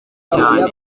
cyane